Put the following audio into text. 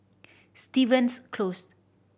Stevens Close